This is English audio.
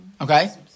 Okay